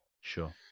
sure